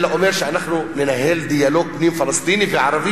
אלא אומר: אנחנו ננהל דיאלוג פנים-פלסטיני וערבי